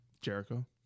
Jericho